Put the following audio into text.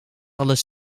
alles